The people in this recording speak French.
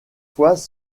fois